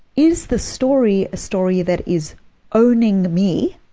is the story a story that is owning me,